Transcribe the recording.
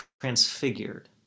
transfigured